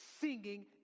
singing